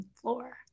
floor